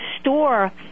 store